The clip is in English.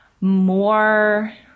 more –